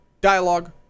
dialogue